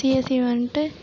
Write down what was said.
CSC வந்துட்டு